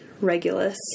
Regulus